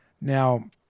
Now